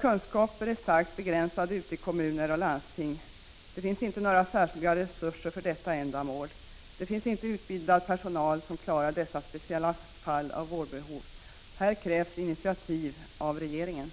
Kunskaperna ute i kommuner och landsting är starkt begränsade. Det finns inte några särskilda resurser för detta ändamål, och det finns inte utbildad personal som klarar dessa speciella fall av vårdbehov. Här krävs det initiativ från regeringen. — Prot.